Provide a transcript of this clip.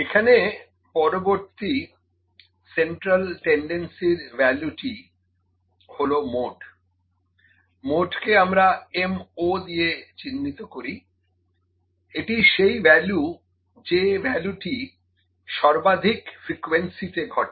এখানে পরবর্তী সেন্ট্রাল টেন্ডেন্সির ভ্যালুটি হলো মোড মোডকে আমরা Mo দিয়ে চিহ্নিত করি এটি সেই ভ্যালু যে ভ্যালুটি সর্বাধিক ফ্রিকোয়েন্সি তে ঘটে